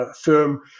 firm